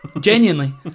Genuinely